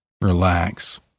Relax